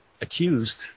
accused